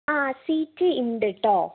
അ seat ഉണ്ട് കെട്ടോ